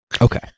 Okay